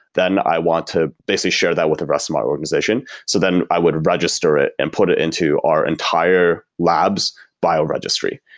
then i want to basically share that with the rest of my organization, so then i would register it and put it into our entire lab's bio-registry.